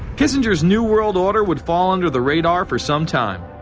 kissinger's new world order would fall under the radar for some time.